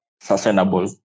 sustainable